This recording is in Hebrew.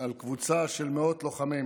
על קבוצה של מאות לוחמים